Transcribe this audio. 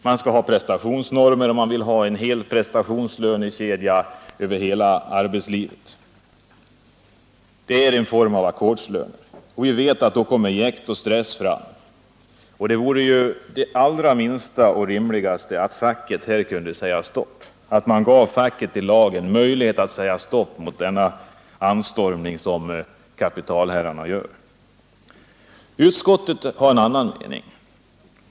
Man önskar prestationsnormer och en hel prestationslönekedja över hela arbetslivet. Det är en form av ackordslön, och vi vet att då kommer jäkt och stress fram. Det vore ju det allra minsta och rimligaste att man gav facket rätt att här säga stopp mot denna anstormning från kapitalherrarna. Utskottet har en annan mening.